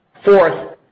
Fourth